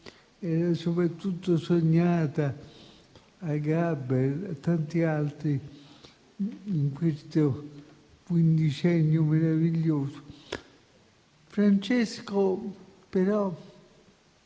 era soprattutto sognata, a Gaber e a tanti altri, in questo quindicennio meraviglioso. Francesco, però,